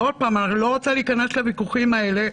ועוד פעם, אני לא רוצה להיכנס לוויכוחים האלה.